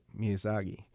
Miyazaki